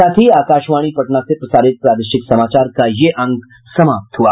इसके साथ ही आकाशवाणी पटना से प्रसारित प्रादेशिक समाचार का ये अंक समाप्त हुआ